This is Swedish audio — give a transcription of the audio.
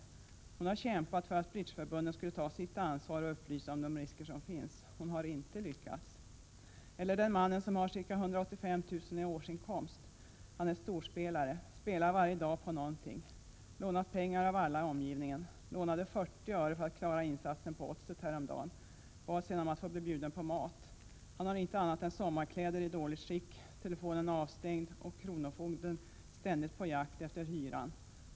Modern har kämpat för att bridgeförbunden skall ta sitt ansvar och upplysa om de risker som finns. Hon har inte lyckats. Eller den man som har ca 185 000 kr. i årsinkomst. Han är storspelare, spelar varje dag på något. Han har lånat pengar av alla i omgivningen, lånade 40 öre för att klara insatsen på oddset häromdagen, bad sedan att få bli bjuden på mat. Han har inte annat än sommarkläder i dåligt skick. Telefonen är avstängd, och kronofogden är ständigt på jakt efter hyran.